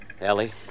Ellie